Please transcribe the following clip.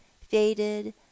faded